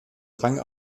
rang